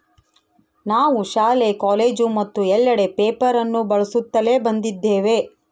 ನಾವು ಶಾಲೆ, ಕಾಲೇಜು ಮತ್ತು ಎಲ್ಲೆಡೆ ಪೇಪರ್ ಅನ್ನು ಬಳಸುತ್ತಲೇ ಬಂದಿದ್ದೇವೆ